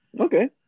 Okay